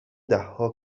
دهها